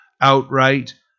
outright